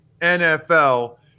NFL